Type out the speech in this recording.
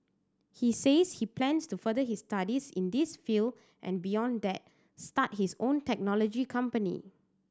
he says he plans to further his studies in this field and beyond that start his own technology company